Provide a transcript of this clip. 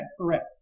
correct